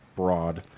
Broad